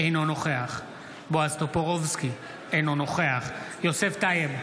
אינו נוכח בועז טופורובסקי, אינו נוכח יוסף טייב,